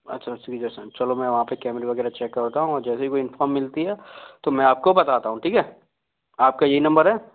अच्छा ठीक है फिर चलो मैं वहाँ पर कैमरे वगैरह चेक करता हूँ और जैसे ही कोई इंफोर्म मिलती है तो मैं आपको बताता हूँ ठीक है आपका यही नंबर है